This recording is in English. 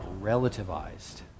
relativized